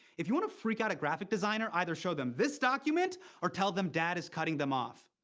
if you want to freak out a graphic designer, either show them this document or tell them dad is cutting them off.